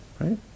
right